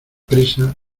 prisa